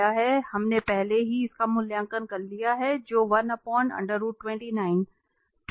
हमने पहले ही इसका मूल्यांकन कर लिया है जो हैं